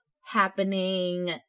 happening